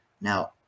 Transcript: Now